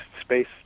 space